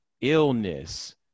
illness